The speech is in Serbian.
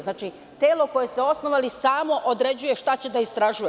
Znači, telo koje ste osnovali samo određuje šta će da istražuje.